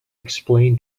explain